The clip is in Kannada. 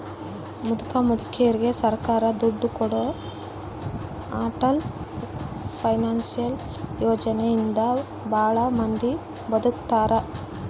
ಮುದುಕ ಮುದುಕೆರಿಗೆ ಸರ್ಕಾರ ದುಡ್ಡು ಕೊಡೋ ಅಟಲ್ ಪೆನ್ಶನ್ ಯೋಜನೆ ಇಂದ ಭಾಳ ಮಂದಿ ಬದುಕಾಕತ್ತಾರ